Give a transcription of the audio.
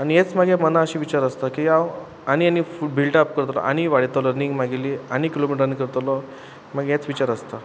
आनी हेच म्हजे मनांत अशें विचार आसता की हांव आनी आनी बिल्ड अप करतलो आनीक वाडयतलो म्हागेली आनीक किलोमिटर आनी करतलो म्हगे हेच विचार आसता